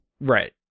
right